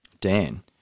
Dan